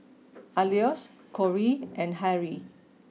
Alois Korey and Harrell